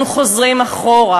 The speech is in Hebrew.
אנחנו חוזרים אחורה.